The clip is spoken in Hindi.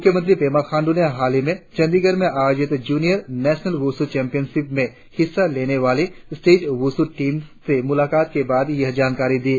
मुख्यमंत्री पेमा खांडू ने हालही में चंदीगढ़ में आयोजित जूनियर नेशनल वुशु चेंपियनशिप में हिस्सा लेने वाली स्टेट वुशु टीम से मुलाकात के बाद यह जानकारी दी